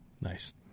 nice